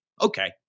Okay